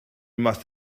must